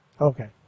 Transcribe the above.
Okay